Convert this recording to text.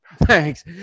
Thanks